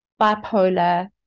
bipolar